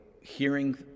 hearing